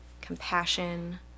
compassion